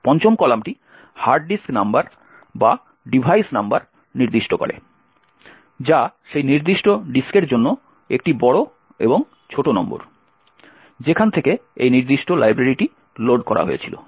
পঞ্চম কলামটি hard disk number বা ডিভাইস নম্বর নির্দিষ্ট করে যা সেই নির্দিষ্ট ডিস্কের জন্য একটি বড় এবং ছোট নম্বর যেখান থেকে এই নির্দিষ্ট লাইব্রেরিটি লোড করা হয়েছিল